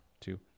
two